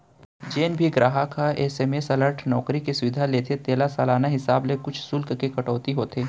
जेन भी गराहक ह एस.एम.एस अलर्ट नउकरी के सुबिधा लेथे तेला सालाना हिसाब ले कुछ सुल्क के कटौती होथे